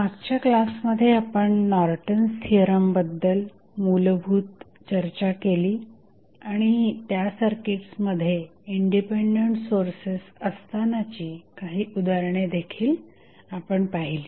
मागच्या क्लासमध्ये आपण नॉर्टन्स थिअरम Norton's theorem बद्दल मूलभूत चर्चा केली आणि त्या सर्किट्समध्ये इंडिपेंडेंट सोर्सेस असतानाची काही उदाहरणे देखील आपण पाहिली